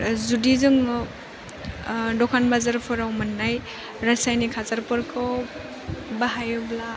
जुदि जोङो दखान बाजारफोराव मोननाय रासायनिक हासारफोरखौ बाहायोब्ला